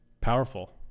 Powerful